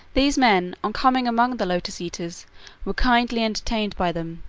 these men on coming among the lotus-eaters were kindly entertained by them,